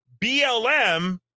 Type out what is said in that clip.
BLM